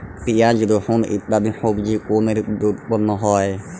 পিঁয়াজ রসুন ইত্যাদি সবজি কোন ঋতুতে উৎপন্ন হয়?